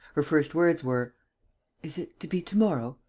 her first words were is it to be to-morrow?